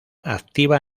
activa